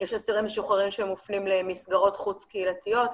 יש אסירים משוחררים שמופנים למסגרות חוץ קהילתיות,